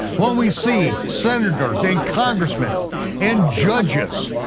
when we see senators and congressmen and judges,